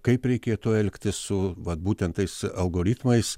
kaip reikėtų elgtis su vat būtent tais algoritmais